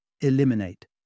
Eliminate